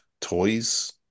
toys